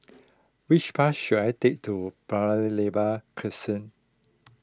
which bus should I take to Paya Lebar